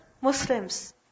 Muslims